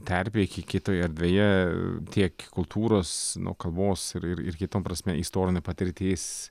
terpėj kitoj erdvėje tiek kultūros nu kalbos ir kitom prasme istorinė patirtis